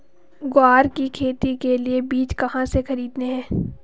ग्वार की खेती के लिए बीज कहाँ से खरीदने हैं?